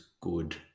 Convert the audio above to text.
good